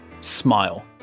smile